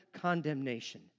condemnation